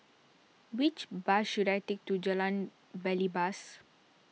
which bus should I take to Jalan Belibas